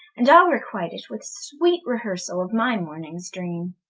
and ile requite it with sweet rehearsall of my mornings dreame?